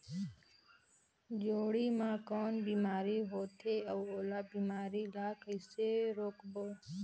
जोणी मा कौन बीमारी होथे अउ ओला बीमारी ला कइसे रोकबो?